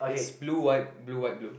it's blue white blue white blue